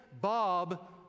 Bob